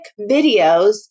videos